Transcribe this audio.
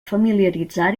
familiaritzar